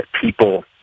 people